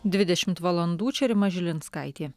dvidešimt valandų čia rima žilinskaitė